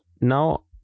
Now